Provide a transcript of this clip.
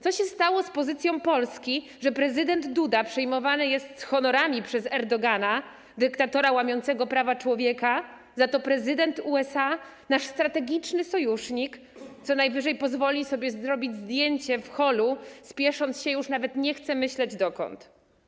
Co stało się z pozycją Polski, że prezydent Duda przyjmowany jest z honorami przez Erdogana, dyktatora łamiącego prawa człowieka, za to prezydent USA, nasz strategiczny sojusznik, co najwyżej pozwoli sobie zrobić zdjęcie w holu, spiesząc się, już nawet nie chcę myśleć dokąd.